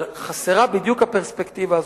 אבל חסרה בדיוק הפרספקטיבה הזאת,